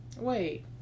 Wait